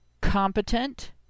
competent